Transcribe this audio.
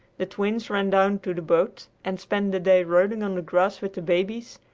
the twins ran down to the boat and spent the day rolling on the grass with the babies,